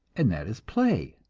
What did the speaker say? and that is play.